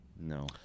no